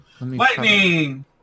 Lightning